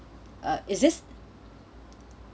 uh is this